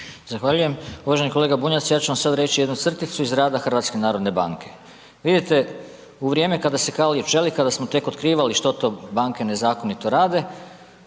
Zahvaljujem. Kolega Bunjac ja ću vam sad reći jednu crticu iz rada Hrvatske narodne banke. Vidite u vrijeme kada se kalio čelik kada smo tek otkrivali što to banke nezakonito rade,